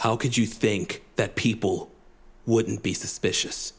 how could you think that people wouldn't be suspicious